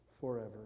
forever